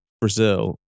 Brazil